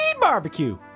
barbecue